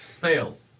Fails